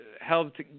helped